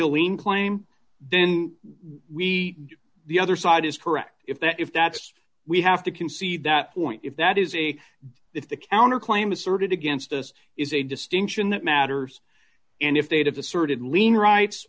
a lien claim then we the other side is correct if that if that's we have to concede that point if that is a if the counter claim asserted against us is a distinction that matters and if they have asserted lien rights